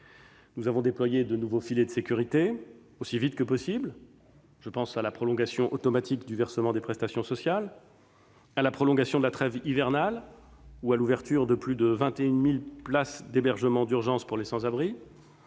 que possible de nouveaux filets de sécurité : je pense à la prolongation automatique du versement des prestations sociales, à la prolongation de la trêve hivernale ou à l'ouverture de plus de 21 000 places d'hébergement d'urgence pour les sans-abri.